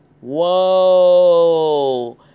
Whoa